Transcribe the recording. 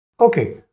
okay